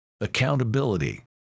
accountability